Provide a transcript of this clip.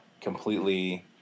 completely